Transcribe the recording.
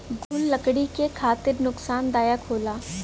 घुन लकड़ी के खातिर नुकसानदायक होला